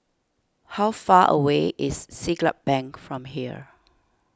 how far away is Siglap Bank from here